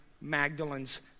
Magdalene's